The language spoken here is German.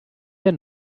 der